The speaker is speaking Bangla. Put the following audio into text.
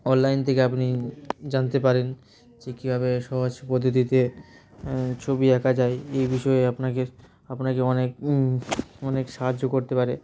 অনলাইন থেকে আপনি জানতে পারেন যে কীভাবে সহজ পদ্ধতিতে ছবি আঁকা যায় এই বিষয়ে আপনাকে আপনাকে অনেক অনেক সাহায্য করতে পারে